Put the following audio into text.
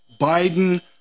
Biden